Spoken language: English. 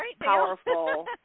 powerful